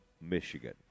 Michigan